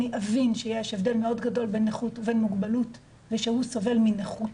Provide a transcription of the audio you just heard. אבין שיש הבדל מאוד גדול בין נכות ובין מוגבלות ושהוא סובל מנכות